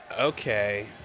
Okay